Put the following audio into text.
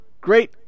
great